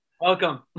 welcome